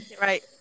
right